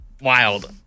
Wild